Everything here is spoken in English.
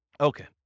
Okay